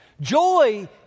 Joy